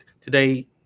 today